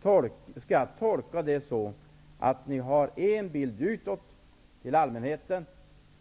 Skall jag tolka det så att ni har en bild som ni visar upp utåt för allmänheten,